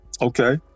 okay